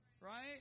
Right